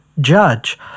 judge